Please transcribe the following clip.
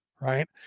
right